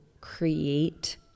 create